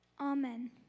Amen